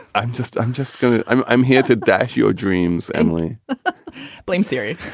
i'm just i'm just glad i'm i'm here to dash your dreams. emily blames syria.